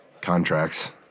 contracts